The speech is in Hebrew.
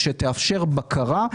שתאפשר בקרה.